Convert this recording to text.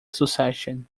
succession